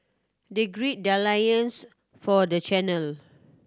they gird their loins for the channel